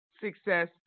success